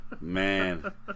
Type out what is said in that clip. Man